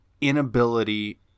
inability